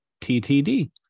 TTD